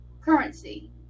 currency